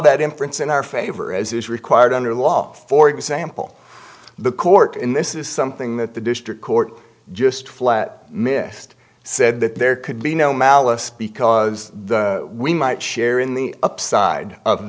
that inference in our favor as is required under law for example the court in this is something that the district court just flat missed said that there could be no malice because we might share in the upside of